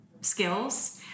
skills